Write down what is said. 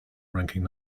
ranking